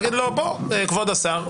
להגיד לו כבוד השר,